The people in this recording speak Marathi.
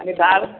आणि डाळ